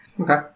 Okay